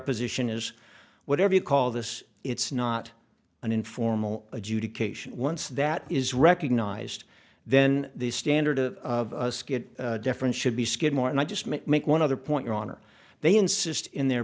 position is whatever you call this it's not an informal adjudication once that is recognised then the standard of of a skit different should be skidmore and i just might make one other point your honor they insist in their